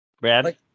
Brad